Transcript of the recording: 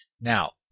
Now